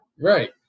Right